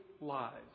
lives